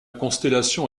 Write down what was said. constellation